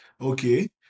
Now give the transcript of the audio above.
Okay